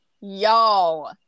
y'all